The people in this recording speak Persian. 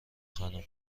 خانم